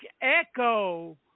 echo